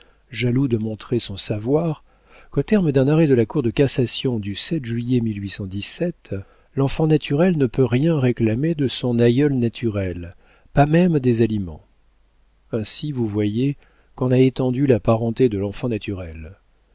jaloux de montrer son savoir qu'aux termes d'un arrêt de la cour de cassation du juillet l'enfant naturel ne peut rien réclamer de son aïeul naturel pas même des aliments ainsi vous voyez qu'on a étendu la parenté de l'enfant